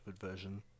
version